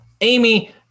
Amy